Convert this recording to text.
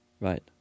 right